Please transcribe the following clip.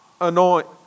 anoint